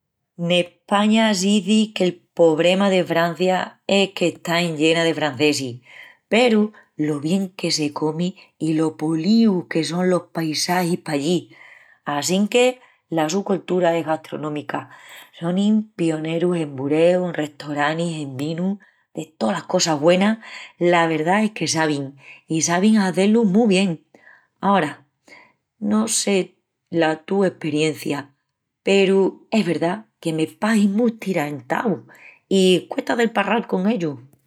N’España s'izi que’l pobrema de Francia es qu’está enllena de francesis peru, lo bien que se comi i lo políus que son los paisagis pallí! Assínque la su coltura es gastronómica. Sonin pionerus en bureu, en restoranis, en vinus, de tolas cosas güenas la verdá es que sabin, i sabin hazé-lu mu bien. Ara, no sé la tu esperencia peru es verdá que me pahin mu estirantaus i cuesta de palral con ellus.